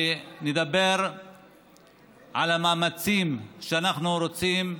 ונדבר על המאמצים שאנחנו רוצים,